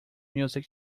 music